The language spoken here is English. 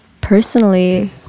personally